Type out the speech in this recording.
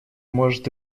может